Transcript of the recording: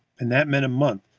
and that meant a month,